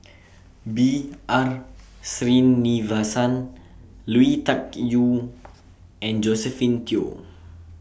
B R Sreenivasan Lui Tuck Yew and Josephine Teo